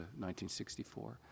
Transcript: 1964